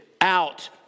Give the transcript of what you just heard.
out